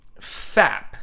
FAP